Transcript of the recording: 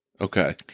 Okay